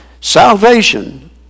salvation